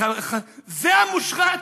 זה המושחת?